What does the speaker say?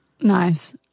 Nice